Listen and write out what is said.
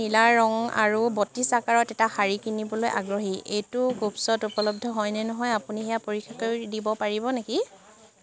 মই নীলা ৰঙ আৰু বত্ৰিছ আকাৰত এটা শাৰী কিনিবলৈ আগ্ৰহী এইটো কুভছ্ত উপলব্ধ হয় নে নহয় আপুনি সেয়া পৰীক্ষা কৰিব দিব পাৰিব নেকি